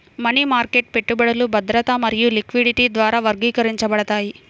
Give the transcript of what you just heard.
money market పెట్టుబడులు భద్రత మరియు లిక్విడిటీ ద్వారా వర్గీకరించబడతాయి